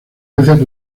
veces